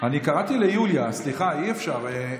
אני קראתי ליוליה, אי-אפשר.